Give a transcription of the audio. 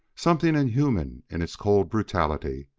something inhuman in its cold brutality,